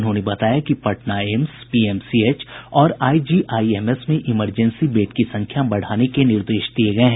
उन्होंने बताया कि पटना एम्स पीएमसीएच और आईजीआईएमएस में इमरजेंसी बेड की संख्या बढ़ाने के निर्देश दिये गये हैं